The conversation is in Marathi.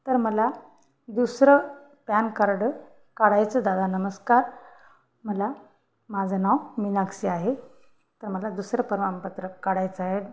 तर मला दुसरं पॅन कार्ड काढायचं दादा नमस्कार मला माझं नाव मीनाक्सी आहे तर मला दुसरं प्रमाणपत्र काढायचं आहे